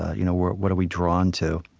you know what what are we drawn to?